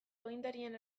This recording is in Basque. agintarien